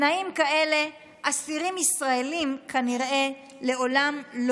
תנאים כאלה אסירים ישראלים לא יקבלו כנראה לעולם".